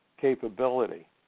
capability